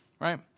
right